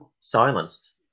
silenced